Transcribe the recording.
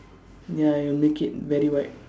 ya it'll make it very white